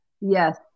Yes